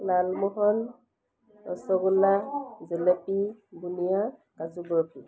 Lalmohan rasgulla jalebi boondi kaju Barfi